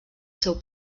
seu